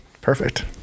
Perfect